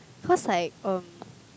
cause like um